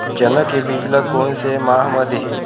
चना के बीज ल कोन से माह म दीही?